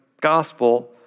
gospel